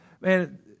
man